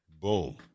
Boom